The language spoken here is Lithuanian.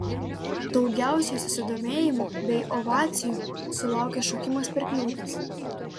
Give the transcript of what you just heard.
daugiausiai susidomėjimo bei ovacijų sulaukė šokimas per kliūtis